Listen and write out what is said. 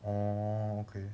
orh okay